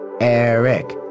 Eric